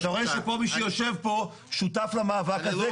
כי אתה רואה שכל מי שיושב פה שותף למאבק הזה,